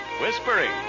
Whispering